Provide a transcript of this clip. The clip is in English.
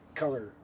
color